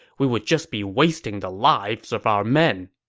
we would just be wasting the lives of our men.